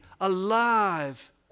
alive